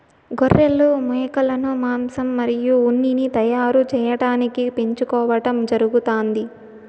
గొర్రెలు, మేకలను మాంసం మరియు ఉన్నిని తయారు చేయటానికి పెంచుకోవడం జరుగుతాంది